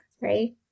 right